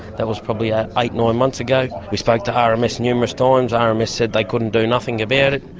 that was probably ah eight, nine months ago. we spoke to rms um ah numerous times um rms said they couldn't do nothing about it.